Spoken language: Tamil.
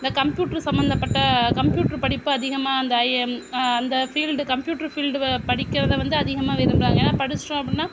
இந்த கம்ப்யூட்ரு சம்பந்தப்பட்ட கம்ப்யூட்ரு படிப்பு அதிகமாக அந்த ஐஎம் அந்த ஃபீல்டு கம்ப்யூட்ரு ஃபீல்டு வ படிக்கிறதை வந்து அதிகமாக விரும்புகிறாங்க ஏன்னால் படிச்சுட்டோம் அப்படின்னா